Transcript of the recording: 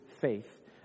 faith